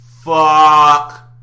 Fuck